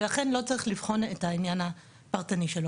ולכן לא צריך לבחון את העניין הפרטני שלו.